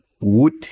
wood